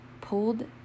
pulled